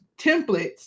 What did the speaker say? templates